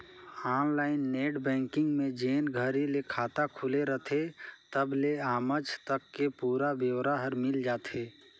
online net banking में जेन घरी ले खाता खुले रथे तबले आमज तक के पुरा ब्योरा हर मिल जाथे